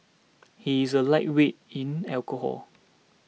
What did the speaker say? he is a lightweight in alcohol